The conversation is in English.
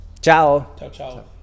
Ciao